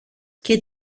και